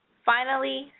finally,